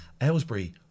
Aylesbury